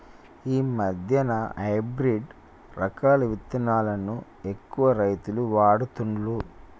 ఈ మధ్యన హైబ్రిడ్ రకాల విత్తనాలను ఎక్కువ రైతులు వాడుతుండ్లు